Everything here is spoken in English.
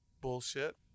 Bullshit